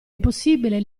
impossibile